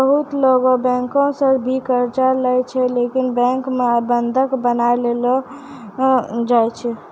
बहुते लोगै बैंको सं भी कर्जा लेय छै लेकिन बैंको मे बंधक बनया ले लागै छै